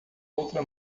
outra